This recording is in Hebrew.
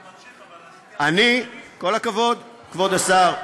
אני, ממשיך, אבל, כל הכבוד, כבוד השר.